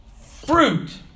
fruit